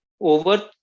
over